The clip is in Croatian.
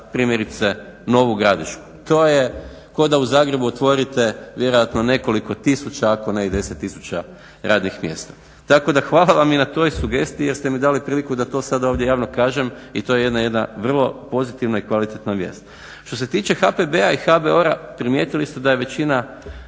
primjerice Novu Gradišku. To je ko da u Zagrebu otvorite vjerojatno nekoliko tisuća ako ne i 10000 radnih mjesta. Tako da hvala vam i na toj sugestiji jer ste mi dali priliku da to sada ovdje javno kažem i to je jedna vrlo pozitivna i kvalitetna vijest. Što se tiče HPB-a i HBOR-a primijetili ste da je većina